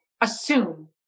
assume